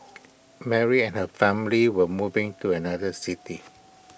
Mary and her family were moving to another city